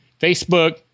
Facebook